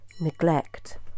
neglect